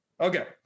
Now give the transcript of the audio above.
okay